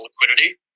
liquidity